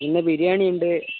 പിന്നെ ബിരിയാണി ഉണ്ട്